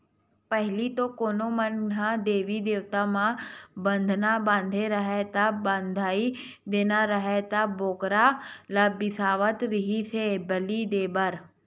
पहिली तो कोनो मन ह देवी देवता म बदना बदे राहय ता, बधई देना राहय त बोकरा ल बिसावत रिहिस हे बली देय बर